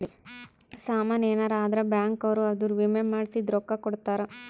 ಸಾಮನ್ ಯೆನರ ಅದ್ರ ಬ್ಯಾಂಕ್ ಅವ್ರು ಅದುರ್ ವಿಮೆ ಮಾಡ್ಸಿದ್ ರೊಕ್ಲ ಕೋಡ್ತಾರ